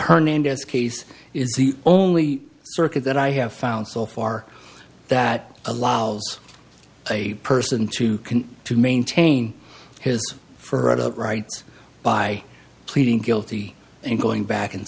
hernandez case is the only circuit that i have found so far that allows a person to can to maintain his further rights by pleading guilty and going back and